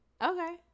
Okay